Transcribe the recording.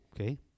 okay